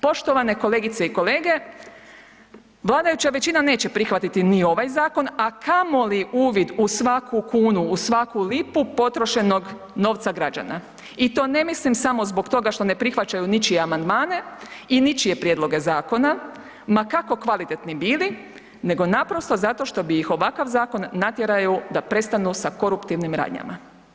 Poštovane kolegice i kolege, vladajuća većina neće prihvatiti ni ovaj zakon, a kamoli uvid u svaku kunu, u svaku lipu potrošenog novca građana i to ne mislim samo zbog toga što ne prihvaćaju ničije amandmane i ničije prijedloge zakona, ma kako kvalitetni bili, nego naprosto zato što bi ih ovakav zakon natjerao da prestanu sa koruptivnim radnjama.